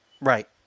Right